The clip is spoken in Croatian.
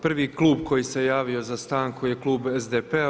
Prvi klub koji se javio za stanku je klub SDP-a.